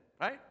right